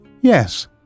Yes